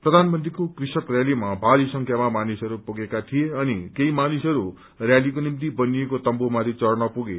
प्रधानमंत्रीको कृषक श्रयालीमा भारी संख्यामा मानिसहरू पुगे अनि केही मानिसहरू रयालीको निम्ति बनिएको तम्बुमाथि चढ़न पुगे